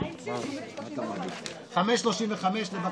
הם לא פה, הם נמצאים שם, בדיון של הוועדה.